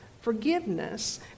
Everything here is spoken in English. forgiveness